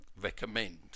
recommend